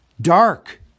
Dark